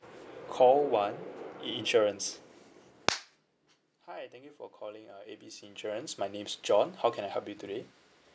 call one i~ insurance hi thank you for calling uh A B C insurance my name is john how can I help you today